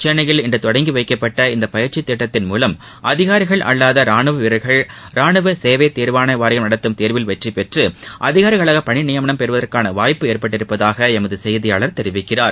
சென்னையில் இன்று தொடங்கி வைக்கப்பட்ட இந்த பயிற்சித் திட்டத்தின் மூலம் அதிகாரிகள் அல்லாத ரானுவ வீரர்கள் ரானுவ சேவை தேர்வாணை வாரியம் நடத்தும் தேர்வில் வெற்றிபெற்று அதிகாரிகளாக பணி நியமனம் பெறுவதற்கான வாய்ப்பு ஏற்பட்டுள்ளதாக எமது செய்தியாளர் தெரிவிக்கிறார்